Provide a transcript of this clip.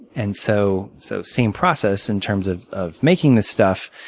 and so so same process in terms of of making the stuff,